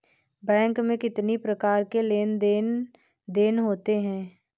Bank में कितनी प्रकार के लेन देन देन होते हैं?